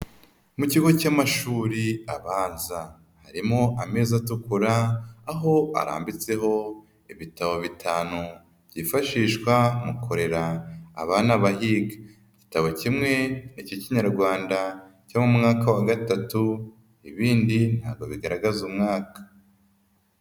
Mu kigo cy'amashuri abanza. Harimo ameza atukura aho arambitseho ibitabo bitanu byifashishwa mu kurera abana bahiga. Igitabo kimwe ni ik'Ikinyarwanda cyo mu mwaka wa gatatu, ibindi ntabwo bigaragaza umwaka.